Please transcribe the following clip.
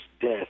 death